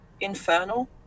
infernal